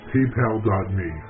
Paypal.me